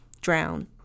Drown